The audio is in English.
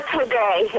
today